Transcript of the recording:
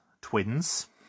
twins